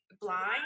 Blind